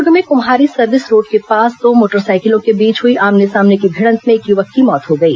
दुर्ग में Kumhari service road के पास दो मोटरसाइकिलों के बीच हुई आमने सामने की भिडंत में एक युवक कीॅ मौत हो गई